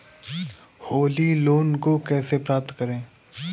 Holi loan को कैसे प्राप्त करें?